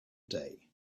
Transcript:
day